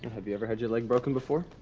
have you ever had your leg broken before?